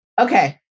Okay